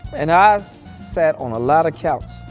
and i've sat on a lot of couches.